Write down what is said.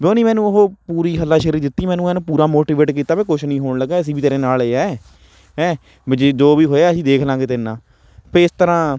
ਵੀ ਉਹਨੀ ਮੈਨੂੰ ਉਹ ਪੂਰੀ ਹੱਲਸ਼ੇਰੀ ਦਿੱਤੀ ਮੈਨੂੰ ਐਨ ਪੂਰਾ ਮੋਟੀਵੇਟ ਕੀਤਾ ਵੀ ਕੁਛ ਨਹੀਂ ਹੋਣ ਲੱਗਾ ਸੀ ਤੇਰੇ ਨਾਲ ਹੈ ਹੈਂ ਵੀ ਜੋ ਵੀ ਹੋਇਆ ਅਸੀਂ ਦੇਖ ਲਾਂਗੇ ਤੇਰੇ ਨਾਲ ਵੀ ਇਸ ਤਰ੍ਹਾਂ